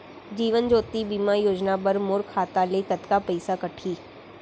जीवन ज्योति बीमा योजना बर मोर खाता ले कतका पइसा कटही?